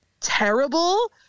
terrible